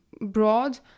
broad